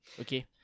Okay